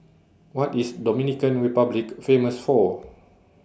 What IS Dominican Republic Famous For